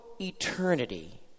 eternity